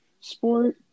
sport